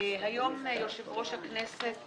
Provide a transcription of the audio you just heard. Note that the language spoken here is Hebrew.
היום יושב ראש הכנסת